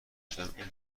شدیم